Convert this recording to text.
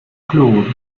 claude